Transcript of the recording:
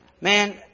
man